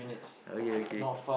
okay okay